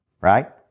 right